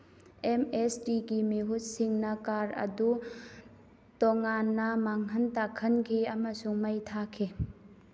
M S ꯇꯤꯒꯤ ꯃꯤꯍꯨꯠꯁꯤꯡꯅ car ꯑꯗꯨ ꯇꯣꯉꯥꯟꯅ ꯃꯥꯡꯍꯟ ꯇꯥꯛꯍꯟꯈꯤ ꯑꯃꯁꯨꯡ ꯃꯩ ꯊꯥꯈꯤ